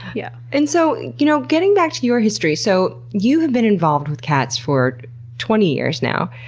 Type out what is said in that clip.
yeah and so, you know getting back to your history, so you have been involved with cats for twenty years now.